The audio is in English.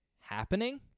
happening